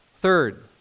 third